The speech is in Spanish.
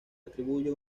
atribuye